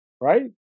right